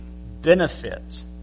benefit